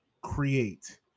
create